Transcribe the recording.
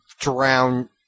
drown